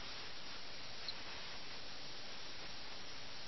ആളുകളുടെ ബഹളമോ ആരവങ്ങളോ ഉണ്ടായില്ല എന്നതിൽ അദ്ദേഹത്തിന് ശരിക്കും സങ്കടമുണ്ട്